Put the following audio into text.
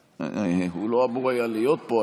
הוא לא היה אמור להיות פה,